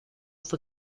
fue